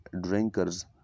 drinkers